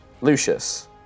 lucius